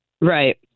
Right